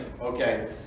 okay